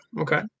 Okay